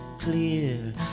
clear